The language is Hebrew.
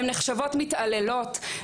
הן נחשבות מתעללות,